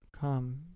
come